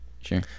sure